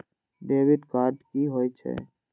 Debit card की होय छे?